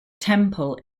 temple